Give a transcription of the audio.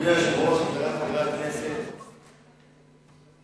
אדוני היושב-ראש, חברי חברי הכנסת צלצלו, אדוני.